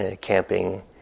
camping